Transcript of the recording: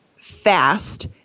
fast